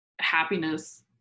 Happiness